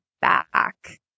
back